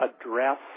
address